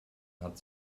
hat